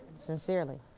sincerely.